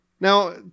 Now